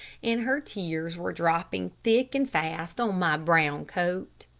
and her tears were dropping thick and fast on my brown coat.